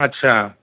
अच्छा